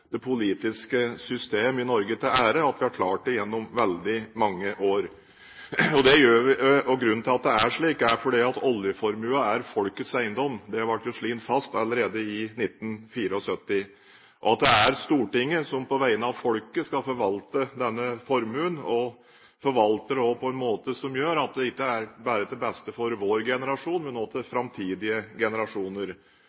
det politiske system i Norge til ære at vi har klart det gjennom veldig mange år. Grunnen til at det er slik, er at oljeformuen er folkets eiendom. Det ble slått fast allerede i 1974. Og det er Stortinget, som på vegne av folket skal forvalte denne formuen, og forvalte den på en måte som gjør at det ikke bare er til beste for vår generasjon, men